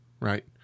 right